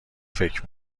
فکر